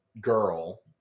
girl